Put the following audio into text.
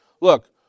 Look